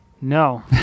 No